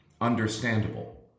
understandable